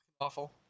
awful